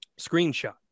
screenshot